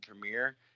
premiere